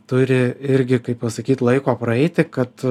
turi irgi kaip pasakyt laiko praeiti kad